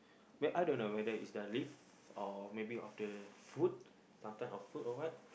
well I don't know whether it's the leaf or maybe of the food some type of food or what